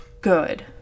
good